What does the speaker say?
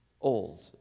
old